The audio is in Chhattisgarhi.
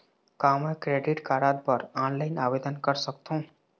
का मैं क्रेडिट कारड बर ऑनलाइन आवेदन कर सकथों?